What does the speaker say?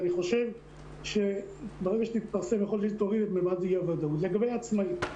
אני חושב ברגע שתתפרסם --- לגבי עצמאים.